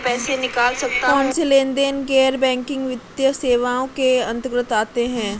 कौनसे लेनदेन गैर बैंकिंग वित्तीय सेवाओं के अंतर्गत आते हैं?